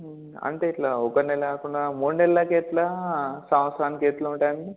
అంటే ఇలా ఒక డె లేకుండా మూడు నెల్లకి ఎలా సంవత్సరానికి ఎలా ఉంటాయండి